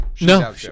No